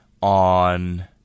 on